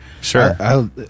Sure